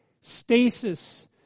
stasis